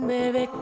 Baby